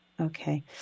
okay